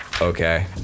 Okay